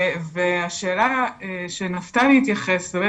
השאלה שנפתלי התייחס אליה,